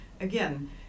again